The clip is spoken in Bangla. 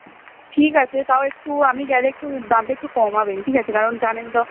ঠিক আছে তাও একটু আমি গেলে একটু দামটা একটু কমাবেন ঠিক আছে কারণ জানেন তো